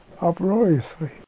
uproariously